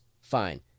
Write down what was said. fine